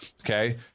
okay